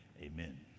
Amen